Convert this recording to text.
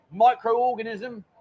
Microorganism